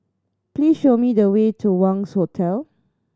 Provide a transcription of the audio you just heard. please show me the way to Wangz Hotel